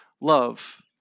love